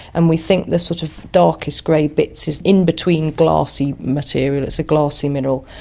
and we think the sort of darkest grey bits is in-between glassy material, it's a glassy mineral.